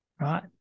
right